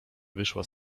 wyszła